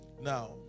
Now